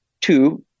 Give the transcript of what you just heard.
two